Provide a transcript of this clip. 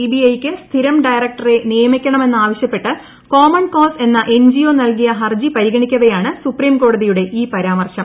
CBI യ്ക്ക് സ്ഥിരം ഡയറക്ടറെ നിയമിക്കണമെന്നാവശൃപ്പെട്ട് കോമൺ കോസ് എന്ന എൻജിഒ നൽകിയ ഹർജി പരിഗണിക്കവെയാണ് സൂപ്രീംകോടതിയുടെ ഈ പരാമർശം